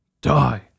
die